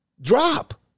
Drop